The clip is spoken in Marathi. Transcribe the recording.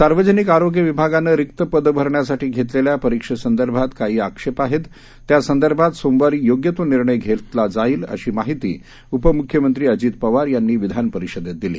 सार्वजनिक आरोग्य विभागानं रिक्त पदं भरण्यासाठी घेतलेल्या परीक्षेसंदर्भात काही आक्षेप आहेत त्यासंदर्भात सोमवारी योग्य तो निर्णय घेतला जाईल अशी माहिती उपमुख्यमंत्री अजित पवार यांनी विधानपरिषदेत दिली